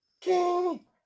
King